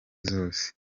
zose